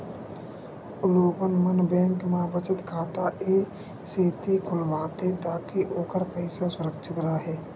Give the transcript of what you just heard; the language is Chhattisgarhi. लोगन मन बेंक म बचत खाता ए सेती खोलवाथे ताकि ओखर पइसा सुरक्छित राहय